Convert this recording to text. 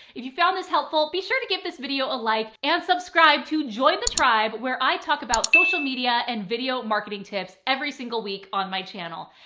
if you found this helpful, be sure to give this video a like and subscribe to join the tribe where i talk about social media and video marketing tips every single week on my channel.